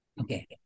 Okay